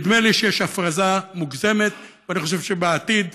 נדמה לי שיש הפרזה מוגזמת, ואני חושב שבעתיד,